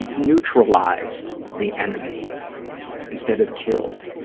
and neutralized the enemy instead of killed.